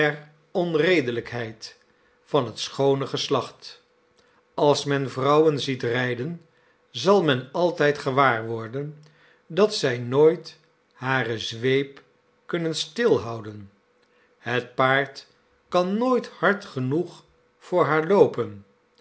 der onredelijkheid van het schoone geslacht als men vrouwen ziet rijden zal men altijd gewaar worden dat zij nooit hare zweep kunnen stilhouden het paard kan nooit hard genoeg voor haar loopen